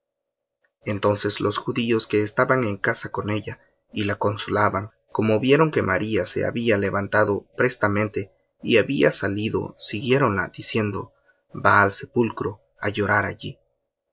entonces los judíos que estaban en casa con ella y la consolaban como vieron que maría se había levantado prestamente y había salido siguiéronla diciendo va al sepulcro á llorar allí